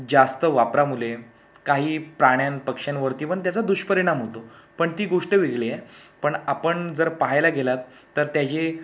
जास्त वापरामुळे काही प्राण्यान पक्ष्यांवरती पण त्याचा दुष्परिणाम होतो पण ती गोष्ट वेगळी आहे पण आपण जर पहायला गेलात तर त्याचे